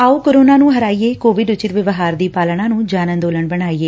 ਆਓ ਕੋਰੋਨਾ ਨੂੰ ਹਰਾਈਏ ਕੋਵਿਡ ਉਚਿਤ ਵਿਵਹਾਰ ਦੀ ਪਾਲਣਾ ਨੁੰ ਜਨ ਅੰਦੋਲਨ ਬਣਾਈਏ